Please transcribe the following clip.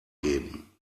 geben